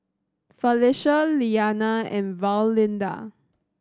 Felicia Lilyana and Valinda